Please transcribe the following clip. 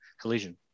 collision